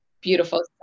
beautiful